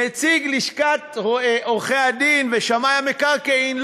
נציג לשכת עורכי-הדין ושמאי המקרקעין,